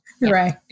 Right